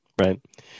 Right